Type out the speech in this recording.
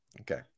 Okay